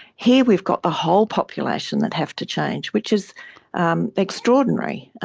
here we've got the whole population that have to change, which is um extraordinary.